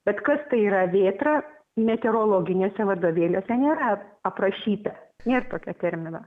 bet kas tai yra vėtra meteorologiniuose vadovėliuose nėra aprašyta nėr tokio termino